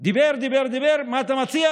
דיבר, דיבר, דיבר, מה אתה מציע?